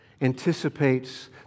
anticipates